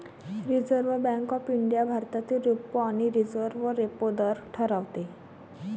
reserve Bank of India भारतातील repo आणि reverse repo दर ठरवते